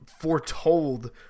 foretold